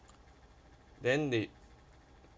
then they